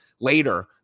Later